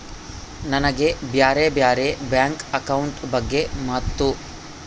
ನನಗೆ ಬ್ಯಾರೆ ಬ್ಯಾರೆ ಬ್ಯಾಂಕ್ ಅಕೌಂಟ್ ಬಗ್ಗೆ ಮತ್ತು?